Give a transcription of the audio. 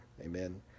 Amen